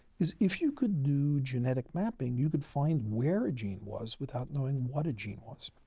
is if you could do genetic mapping, you could find where a gene was without knowing what a gene was.